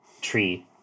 tree